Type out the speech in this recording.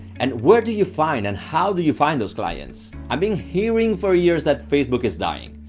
and where do you find and how do you find those clients i've been hearing for years that facebook is dying,